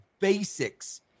basics